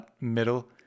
middle